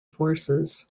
forces